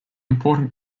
important